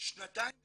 שנתיים להיעלם,